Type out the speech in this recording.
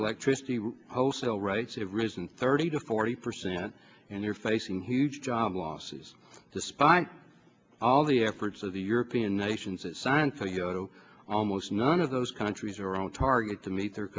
electricity wholesale rights have risen thirty to forty percent and they're facing huge job losses despite all the efforts of the european nations that signed to go to almost none of those countries are on target to meet their